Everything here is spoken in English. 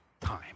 time